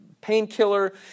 painkiller